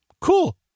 cool